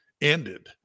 ended